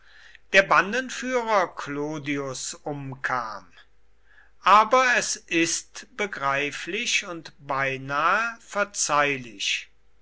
der bandenführer clodius umkam aber es ist begreiflich und beinahe verzeihlich